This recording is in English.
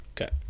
Okay